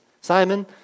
Simon